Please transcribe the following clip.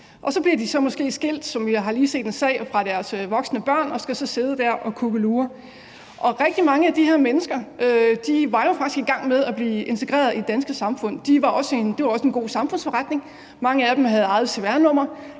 har lige set sådan en sag – fra deres voksne børn, og de skal så sidde der og kukkelure. Rigtig mange af de her mennesker var jo faktisk i gang med at blive integreret i det danske samfund, og det er jo også en god samfundsforretning. Mange af dem havde eget cvr-nummer